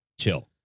chill